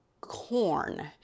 corn